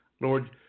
Lord